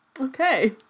okay